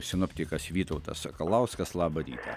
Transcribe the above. sinoptikas vytautas sakalauskas labą rytą